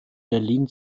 berlin